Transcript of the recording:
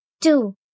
two